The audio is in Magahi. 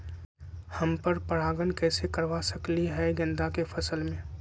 हम पर पारगन कैसे करवा सकली ह गेंदा के फसल में?